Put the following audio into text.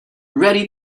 ready